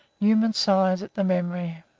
newman sighed at the memory.